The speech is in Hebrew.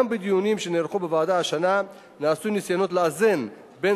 גם בדיונים שנערכו בוועדה השנה נעשו ניסיונות לאזן בין